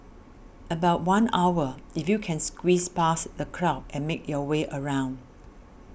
about one hour if you can squeeze past the crowd and make your way around